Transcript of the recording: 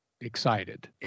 excited